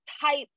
type